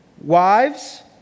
wives